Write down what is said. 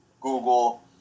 Google